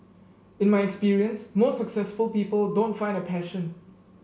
in my experience most successful people don't find a passion